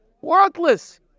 worthless